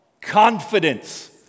Confidence